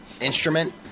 instrument